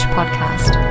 Podcast